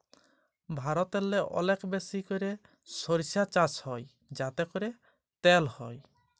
ভারতেল্লে অলেক বেশি ক্যইরে সইরসা চাষ হ্যয় যাতে ক্যইরে তেল হ্যয়